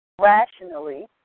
rationally